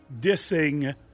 dissing